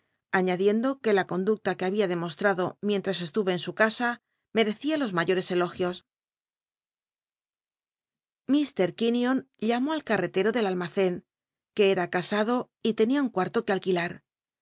aiíadiendo que la conducta que babia demostrado mientras cstuyc en su casa merecia los mayores elogios lfr quinion llamó al carr etero del almacen que era casado y tenia un cuarto que alquilar